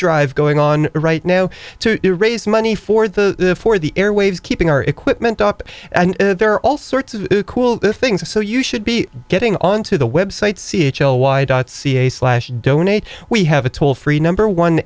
drive going on right now to raise money for the for the airwaves keeping our equipment up and there are all sorts of cool the things so you should be getting onto the website c h l y dot ca slash donate we have a toll free number one